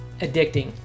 addicting